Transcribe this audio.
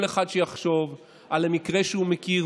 כל אחד שיחשוב על מקרה שהוא מכיר,